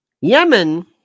Yemen